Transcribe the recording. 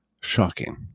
shocking